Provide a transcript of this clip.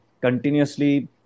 continuously